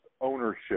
ownership